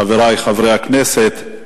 חברי חברי הכנסת,